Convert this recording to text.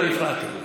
אבל הפרעתם לו.